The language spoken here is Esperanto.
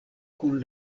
kun